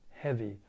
heavy